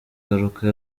ngaruka